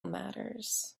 matters